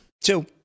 Two